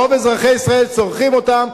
רוב אזרחי ישראל צורכים אותם,